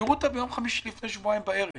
תראו אותה ביום חמישי לפני שבועיים בערב,